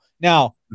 Now